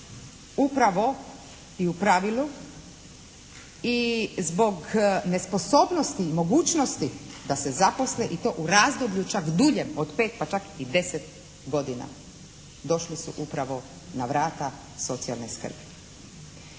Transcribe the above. upravo i u pravilu i zbog nesposobnosti i mogućnosti da se zaposle i to u razdoblju čak duljem od 5 pa čak i 10 godina došli su upravo na vrata socijalne skrbi.